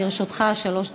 לרשותך שלוש דקות.